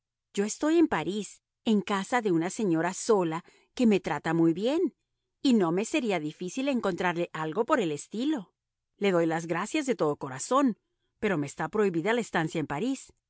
yo estoy en parís en casa de una señora sola que me trata muy bien y no me sería difícil encontrarle algo por el estilo le doy las gracias de todo corazón pero me está prohibida la estancia en parís